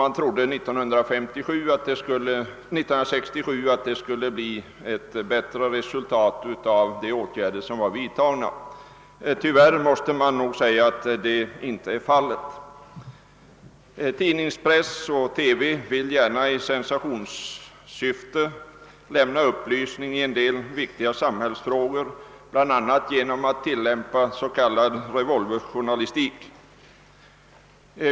Man trodde att de åtgärder som vidtogs 1967 skulle ge gott resultat, men det måste nog sägas att så inte blev fallet. Tidningspress och TV vill gärna i sensationssyfte lämna upplysningar i en del viktiga samhällsfrågor, bl.a. genom att tillämpa s.k. revolverjournalistik.